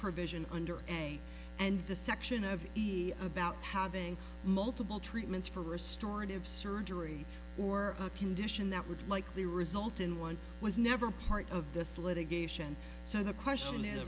provision under a and the section of the about having multiple treatments for restorative surgery or a condition that would likely result in one was never part of this litigation so the question is